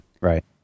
Right